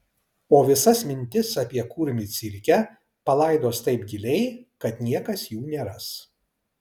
o visas mintis apie kurmį cirke palaidos taip giliai kad niekas jų neras